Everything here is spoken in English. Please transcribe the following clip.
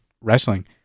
wrestling